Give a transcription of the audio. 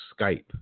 Skype